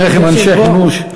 שניכם אנשי חימוש.